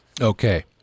Okay